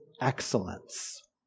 excellence